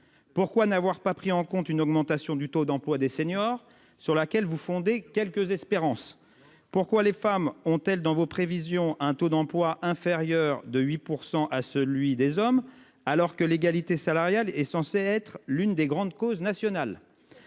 Pourquoi n'avoir pas pris en compte une augmentation du taux d'emploi des seniors sur laquelle vous fonder quelques espérances, pourquoi les femmes ont-elles dans vos prévisions. Un taux d'emploi inférieur de 8% à celui des hommes, alors que l'égalité salariale est censée être l'une des grandes causes nationales.